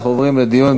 אנחנו עוברים לדיון.